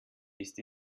ist